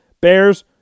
Bears